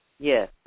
Yes